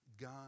God